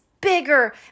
bigger